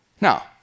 Now